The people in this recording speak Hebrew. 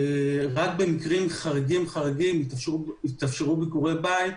רק במקרים חריגים התאפשרו ביקורי בית.